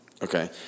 Okay